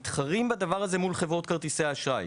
מתחרים בדבר הזה מול חברות כרטיסי האשראי.